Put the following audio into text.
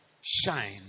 Shine